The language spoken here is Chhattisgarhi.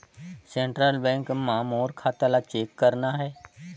सेंट्रल बैंक मां मोर खाता ला चेक करना हे?